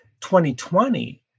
2020